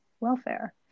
welfare